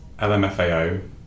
LMFAO